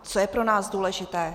Co je pro nás důležité?